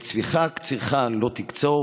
את ספיח קצירך לא תקצור